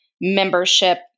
membership